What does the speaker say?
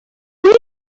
είναι